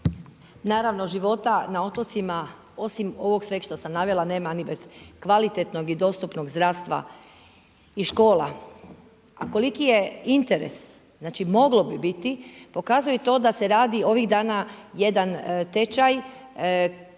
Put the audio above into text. Naravno života na otocima osim ovog svega što sam navela nema ni bez kvalitetnog i dostupnog zdravstva i škola. A koliki je interes, znači moglo bi biti, pokazuje i to da se radi ovih dana jedan tečaj,